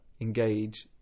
engage